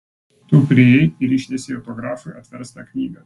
tu priėjai ir ištiesei autografui atverstą knygą